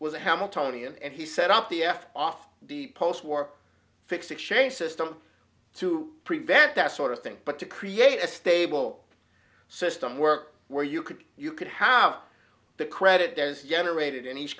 a hamiltonian and he set up the f off the post war fixed exchange system to prevent that sort of thing but to create a stable system work where you could you could have the credit as generated in each